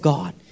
God